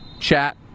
chat